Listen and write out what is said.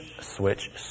switch